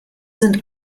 sind